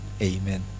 amen